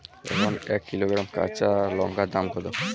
এখন এক কিলোগ্রাম কাঁচা লঙ্কার দাম কত?